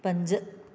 पंज